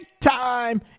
time